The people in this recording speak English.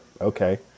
Okay